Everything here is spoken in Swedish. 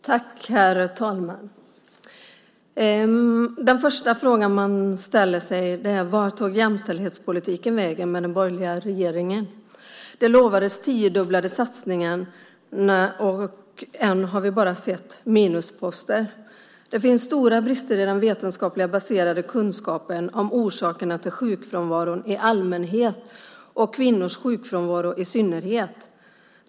Herr talman! Den första frågan man ställer sig är: Vart tog jämställdhetspolitiken vägen med den borgerliga regeringen? Det lovades tiodubblade satsningar, och hittills har vi bara sett minusposter. Det finns stora brister i den vetenskapligt baserade kunskapen om orsakerna till sjukfrånvaron i allmänhet och kvinnors sjukfrånvaro i synnerhet.